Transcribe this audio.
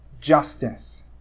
justice